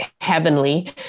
heavenly